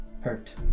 Hurt